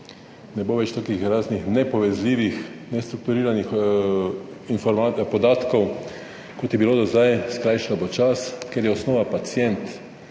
ne bo več takih raznih nepovezljivih, nestrukturiranih informa…, podatkov kot je bilo do zdaj, skrajšan bo čas. Ker je osnova pacient,